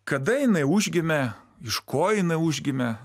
kada jinai užgimė iš ko jinai užgimė